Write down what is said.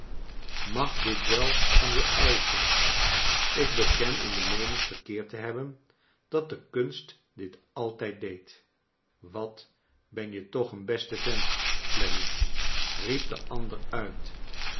mag dit wel van je eischen ik beken in de meening verkeerd te hebben dat de kunst dit altijd deed wat ben je toch een beste vent clennam riep de ander uit